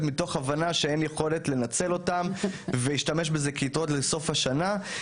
מתוך הבנה שאין יכולת לנצל אותן והשתמש בזה כיתרות לסוף השנה.